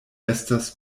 estas